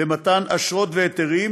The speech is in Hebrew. למתן אשרות והיתרים,